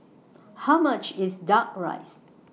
How much IS Duck Rice